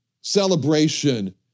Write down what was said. celebration